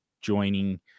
joining